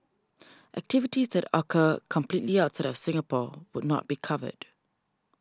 activities that occur completely outside of Singapore would not be covered